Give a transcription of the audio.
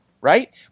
right